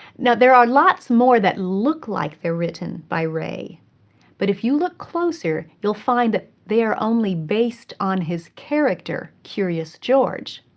there are lots more that look like they're written by rey but if you look closer, you'll find that they are only based on his character, curious george.